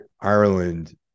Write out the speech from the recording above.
Ireland